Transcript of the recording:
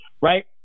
right